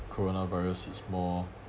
corona virus is more